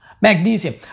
magnesium